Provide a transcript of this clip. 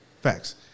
Facts